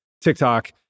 TikTok